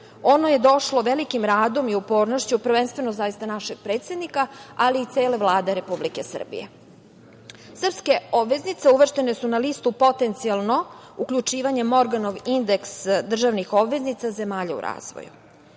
Ono je došlo velikim radom i upornošću prvenstveno našeg predsednika, ali i cele Vlade Republike Srbije. Srpske obveznice uvrštene su na listu za potencijalno uključivanje u Morganov indeks državnih obveznica zemalja u razvoju.